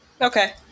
Okay